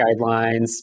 guidelines